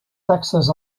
taxes